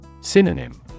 Synonym